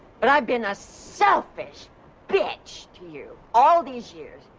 but, i've been a selfish bitch to you all these years.